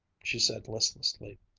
she said listlessly.